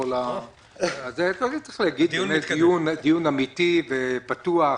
זה אכן דיון אמיתי ופתוח.